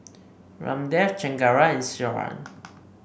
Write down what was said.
Ramdev Chengara and Iswaran